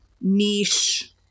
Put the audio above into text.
niche